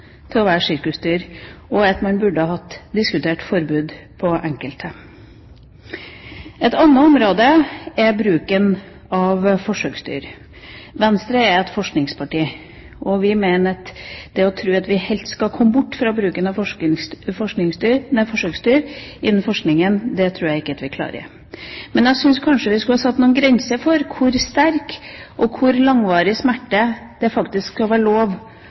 til å være sirkusdyr, og at man burde diskutere forbud på enkelte. Et annet område er bruken av forsøksdyr. Venstre er et forskningsparti. Å komme helt bort fra bruken av forsøksdyr innen forskningen, tror jeg ikke vi klarer. Men jeg syns kanskje vi skulle ha satt noen grenser for hvor sterk og hvor langvarig smerte det faktisk skal være lov